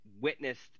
witnessed